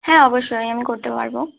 হ্যাঁ অবশ্যই আমি আমি করতে পারবো